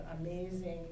amazing